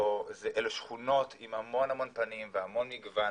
אלה שכונות עם המון פנים והמון מגוון.